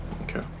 Okay